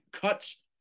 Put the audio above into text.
cuts